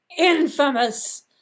infamous